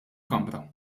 kamra